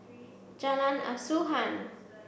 Jalan Asuhan